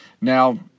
Now